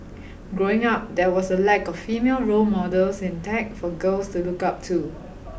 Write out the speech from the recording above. growing up there was a lack of female role models in tech for girls to look up to